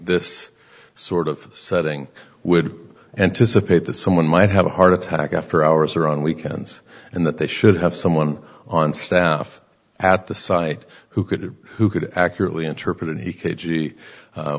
this sort of setting would anticipate that someone might have a heart attack after hours or on weekends and that they should have someone on staff at the site who could who could accurately interpret